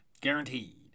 guaranteed